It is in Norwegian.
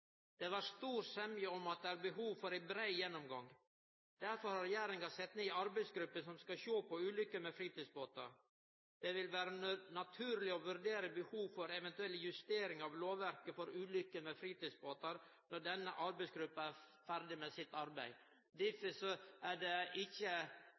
Det var stor semje om at det er behov for ein brei gjennomgang. Derfor har regjeringa sett ned ei arbeidsgruppe som skal sjå på ulykker med fritidsbåtar. Det vil vere naturleg å vurdere behov for eventuelle justeringar av lovverket for ulykker med fritidsbåtar når denne arbeidsgruppa er ferdig med sitt arbeid.